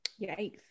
Yikes